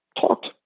talked